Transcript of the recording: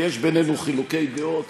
כי יש בינינו חילוקי דעות